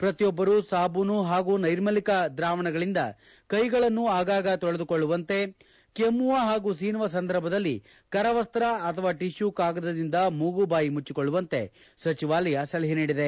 ಪ್ರತಿಯೊಬ್ಬರು ಸಾಬೂನು ಹಾಗೂ ನೈರ್ಮಲ್ಲಕ ವಸ್ತುಗಳಿಂದ ಕೈಗಳನ್ನು ಆಗಾಗ ತೊಳೆದುಕೊಳ್ಳುವಂತೆ ಕೆಮ್ಜುವ ಹಾಗೂ ಸೀನುವ ಸಂದರ್ಭದಲ್ಲಿ ಕರವಸ್ತ ಅಥವಾ ಟಿಶ್ಲು ಕಾಗದಗಳಿಂದ ಮೂಗು ಬಾಯಿ ಮುಚ್ಚಿಕೊಳ್ಳುವಂತೆ ಸಚಿವಾಲಯ ಸಲಹೆ ನೀಡಿದೆ